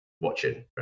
watching